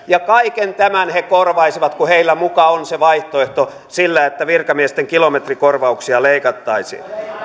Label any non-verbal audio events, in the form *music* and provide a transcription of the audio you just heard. *unintelligible* ja kaiken tämän he korvaisivat kun heillä muka on se vaihtoehto sillä että virkamiesten kilometrikorvauksia leikattaisiin